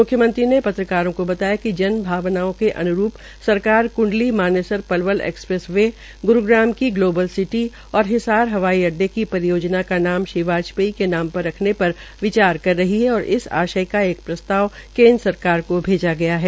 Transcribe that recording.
मुख्यमंत्री ने पत्रकारों को बताया कि जन भावनाओं के अन्रूप सरकार Kundli Manesar Palwal express way Gurugram global city और हिसार हवाई अड्डे की परियोजना का नाम श्रीवाजपेयी के नाम पर रखने पर विचार कर रही है और इन आध्य का एक प्रस्ताव केन्द्र सरकार को भेजा गया है